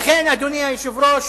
לכן, אדוני היושב-ראש,